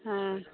हँ